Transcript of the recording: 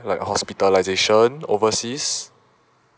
like hospitalisation overseas